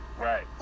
Right